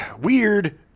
weird